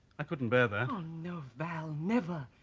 i couldn't bear that. no val never.